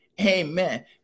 Amen